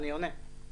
אני עונה.